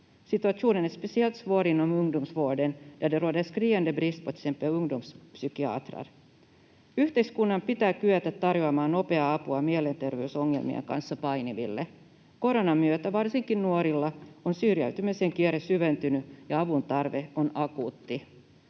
skriande brist på till exempel ungdomspsykiatrer. Yhteiskunnan pitää kyetä tarjoamaan nopeaa apua mielenterveysongelmien kanssa painiville. Koronan myötä varsinkin nuorilla on syrjäytymisen kierre syventynyt ja avun tarve on akuutti.